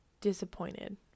disappointed